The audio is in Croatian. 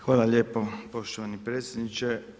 Hvala lijepo poštovani predsjedniče.